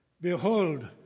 Behold